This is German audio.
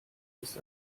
ist